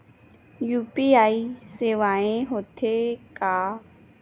UPI सेवाएं हो थे का?